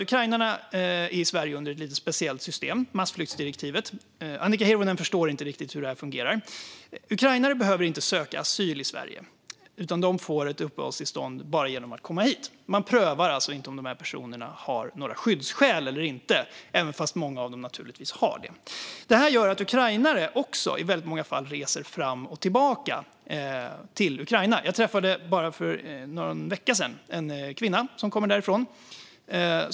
Ukrainarna är i Sverige under ett lite speciellt system, massflyktsdirektivet. Annika Hirvonen förstår inte riktigt hur det fungerar. Ukrainare behöver inte söka asyl i Sverige, utan de får uppehållstillstånd bara genom att komma hit. Man prövar alltså inte om dessa personer har skyddsskäl eller inte, även om många av dem naturligtvis har det. Det gör att ukrainare i väldigt många fall reser fram och tillbaka till Ukraina. För bara någon vecka sedan träffade jag en kvinna som kommer därifrån.